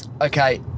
okay